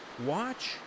watch